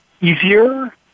easier